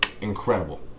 incredible